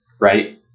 right